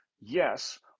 yes